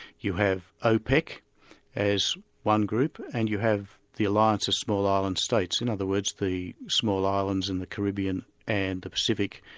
you have opec as one group, and you have the alliance of small island states, in other words, the small islands in the caribbean and the pacific,